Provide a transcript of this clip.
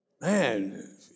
Man